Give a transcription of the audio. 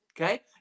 Okay